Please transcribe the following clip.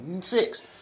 six